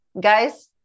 Guys